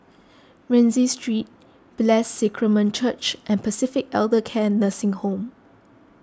Rienzi Street Blessed Sacrament Church and Pacific Elder Care Nursing Home